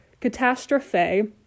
Catastrophe